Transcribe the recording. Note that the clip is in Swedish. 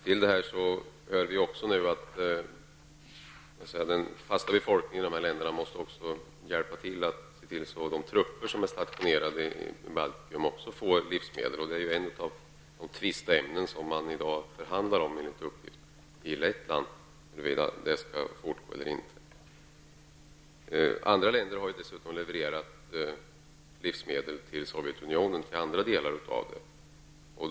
Till detta måste den fasta befolkningen i dessa länder se till att också de trupper som är stationerade i Baltikum får livsmedel. Enligt uppgifter är detta ett av de tvisteämnen som man i Lettland i dag förhandlar om. Andra länder har levererat livsmedel till andra delar av Sovjetunionen.